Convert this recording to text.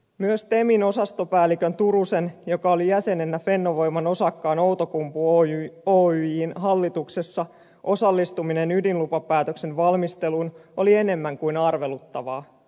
myös temin osastopäällikkö turusen joka oli jäsenenä fennovoiman osakkaan outokumpu oyjn hallituksessa osallistuminen ydinlupapäätöksen valmisteluun oli enemmän kuin arveluttavaa